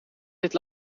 dit